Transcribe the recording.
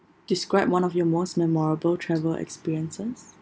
describe one of your most memorable travel experiences